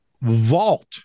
vault